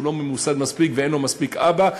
שהוא לא מספיק ממוסד ואין לו מספיק אבא,